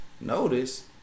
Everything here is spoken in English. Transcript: Notice